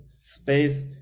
space